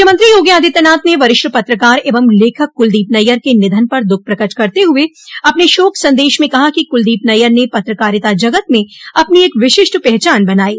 मुख्यमंत्री योगी आदित्यनाथ ने भी वरिष्ठ पत्रकार एवं लेखक कुलदीप नैयर के निधन पर दुःख प्रकट करते हुए अपने शोक संदेश में कहा कि कुलदीप नैयर ने पत्रकारिता जगत में अपनी एक विशिष्ट पहचान बनायी